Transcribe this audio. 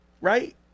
Right